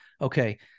okay